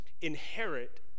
inherit